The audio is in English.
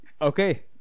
Okay